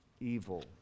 evil